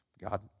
God